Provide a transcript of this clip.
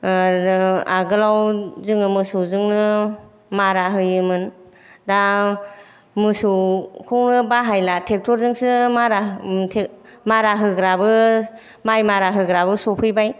आगोलाव जोङो मोसौजोंनो मारा होयोमोन दा मोसौखौनो बाहायला ट्रेक्टर जोंसो मारा मारा होग्राबो माइ मारा होग्राबो सफैबाय